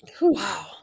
Wow